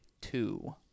Two